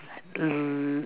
err